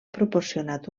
proporcionat